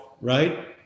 right